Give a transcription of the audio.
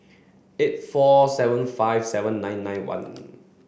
eight four seven five seven nine nine one